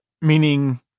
meaning